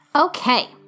Okay